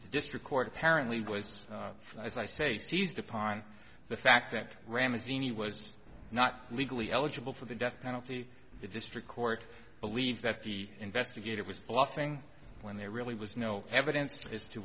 district court apparently was just as i say seized upon the fact that ram is dini was not legally eligible for the death penalty the district court believed that the investigator was bluffing when there really was no evidence as to